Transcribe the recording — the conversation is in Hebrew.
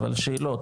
אבל שאלות,